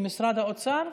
במשרד האוצר?